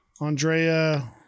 Andrea